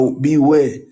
beware